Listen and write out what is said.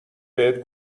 بهت